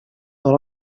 dans